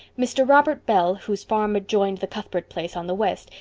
mr. robert bell, whose farm adjoined the cuthbert place on the west,